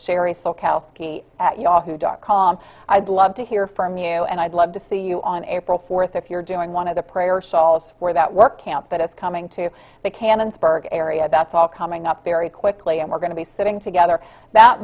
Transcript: cal at yahoo dot com i'd love to hear from you and i'd love to see you on april fourth if you're doing one of the prayer shawls for that work camp that is coming to the cannon spark area that's all coming up very quickly and we're going to be sitting together that